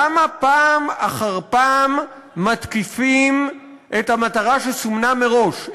למה פעם אחר פעם מתקיפים את המטרה שסומנה מראש,